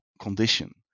condition